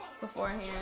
Beforehand